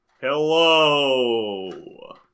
Hello